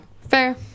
fair